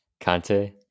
Conte